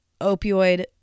opioid